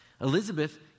Elizabeth